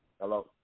Hello